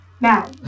Now